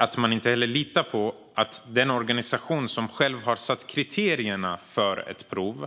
Man litar inte heller på att den organisation som själv har satt upp kriterierna för ett prov